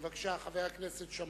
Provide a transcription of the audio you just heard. בבקשה, חבר הכנסת שאמה,